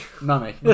Mummy